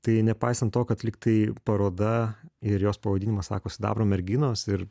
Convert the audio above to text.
tai nepaisant to kad lyg tai paroda ir jos pavadinimas sako sidabro merginos ir